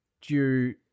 due